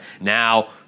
Now